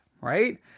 right